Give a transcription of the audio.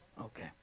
Okay